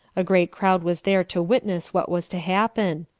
a great crowd was there to witness what was to happen.